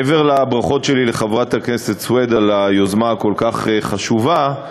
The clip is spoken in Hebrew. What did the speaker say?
מעבר לברכות שלי לחברת הכנסת סויד על היוזמה הכל-כך חשובה,